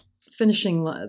finishing